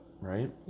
Right